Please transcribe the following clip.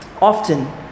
often